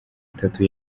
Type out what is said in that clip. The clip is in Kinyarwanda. atatu